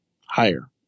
higher